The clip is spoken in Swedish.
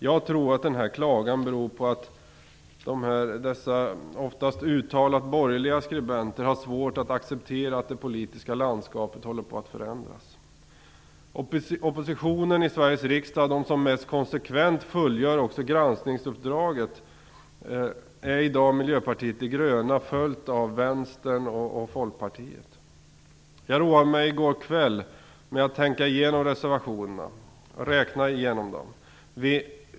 Jag tror att denna klagan beror på att dessa, oftast uttalat borgerliga, skribenter har svårt att acceptera att det politiska landskapet håller på att förändras. Oppositionen i Sveriges riksdag, det parti som mest konsekvent fullgör också granskningsuppdraget, är i dag Miljöpartiet de gröna, följt av Vänstern och Folkpartiet. Jag roade mig i går kväll med att tänka igenom reservationerna och räkna igenom dem.